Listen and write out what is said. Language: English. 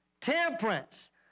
temperance